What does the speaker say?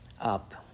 up